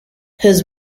his